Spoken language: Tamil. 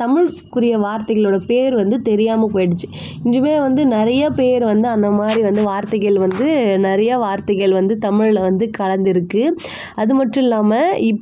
தமிழுக்குரிய வார்த்தைகளோடய பேர் வந்து தெரியாமல் போயிடிச்சு இதுவுமே வந்து நிறையா பேர் வந்து அந்தமாதிரி வந்து வார்த்தைகள் வந்து நிறையா வார்த்தைகள் வந்து தமிழில் வந்து கலந்து இருக்குது அது மட்டும் இல்லாமல்